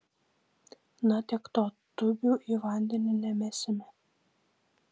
na tiek to tūbių į vandenį nemesime